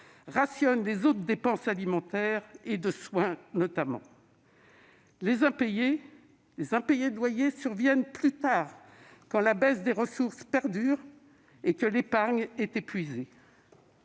rationnent les autres dépenses, alimentaires et de soins notamment. Les impayés de loyer surviennent plus tard, quand la baisse des ressources perdure et que l'épargne est épuisée.